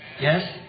Yes